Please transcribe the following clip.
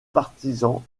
partisans